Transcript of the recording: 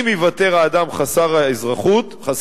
אם ייוותר האדם חסר אזרחות,